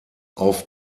auf